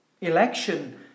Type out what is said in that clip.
Election